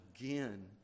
again